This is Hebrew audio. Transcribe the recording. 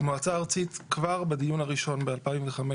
המועצה הארצית כבר בדיון הראשון ב-2005,